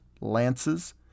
lances